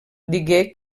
digué